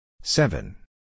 Seven